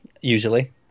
usually